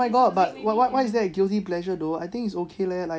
oh my god but what what is that a guilty pleasure though I think it's okay leh like